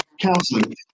counseling